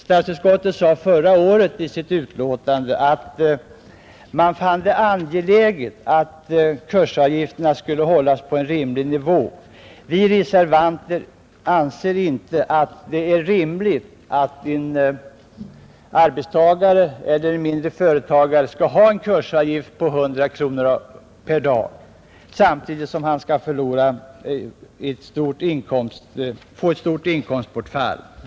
Statsutskottet sade förra året i sitt utlåtande att man fann det angeläget att kursavgifterna skulle hållas på en rimlig nivå. Vi reservanter anser inte att det är rimligt att en arbetstagare eller en mindre företagare skall betala en kursavgift på 100 kronor per dag, samtidigt som han får ett stort inkomstbortfall.